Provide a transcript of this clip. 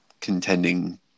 contending